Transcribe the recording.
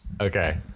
Okay